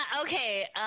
Okay